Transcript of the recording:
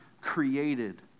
created